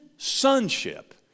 Sonship